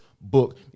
book